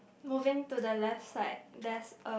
moving to the left side there's a